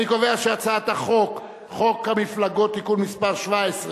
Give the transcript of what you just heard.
אני קובע שחוק המפלגות (תיקון מס' 17),